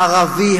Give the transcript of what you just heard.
הערבי,